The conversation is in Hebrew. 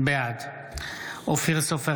בעד אופיר סופר,